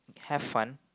have fun